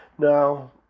Now